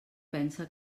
pensa